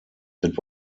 that